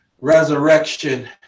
resurrection